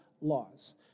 laws